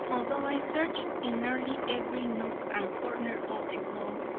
although i searched in nearly every nook and corner of the globe,